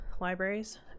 libraries